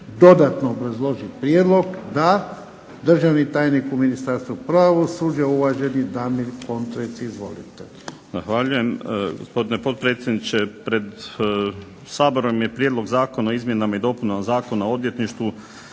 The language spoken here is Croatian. dodatno obrazložiti prijedlog? Da. Državni tajnik u Ministarstvu pravosuđa uvaženi Damir Kontrec. Izvolite.